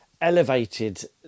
elevated